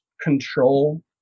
control